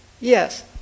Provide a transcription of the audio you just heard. Yes